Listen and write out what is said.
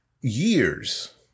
years